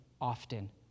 often